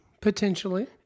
Potentially